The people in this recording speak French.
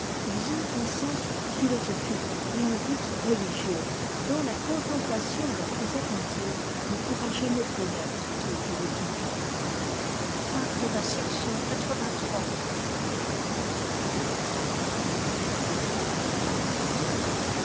ils ont un sens philosophique et un but religieux dont la contemplation la plus attentive ne pourra jamais connaître toute l'étendue